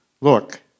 Look